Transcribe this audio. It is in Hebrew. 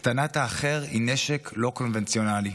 הקטנת האחר היא נשק לא קונבנציונלי,